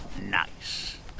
nice